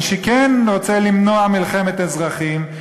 מי שכן רוצה למנוע מלחמת אזרחים,